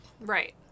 Right